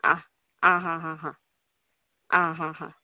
आ आहाहा आहाहा